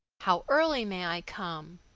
how early may i come?